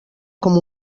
com